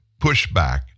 pushback